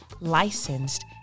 licensed